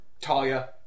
Talia